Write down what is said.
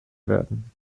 werden